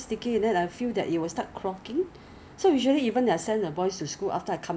your body is 讲 oh 因为你的脸干 so 他就要出油 in order to balance